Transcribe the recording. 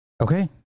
Okay